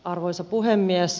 arvoisa puhemies